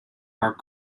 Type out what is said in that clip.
are